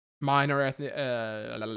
minor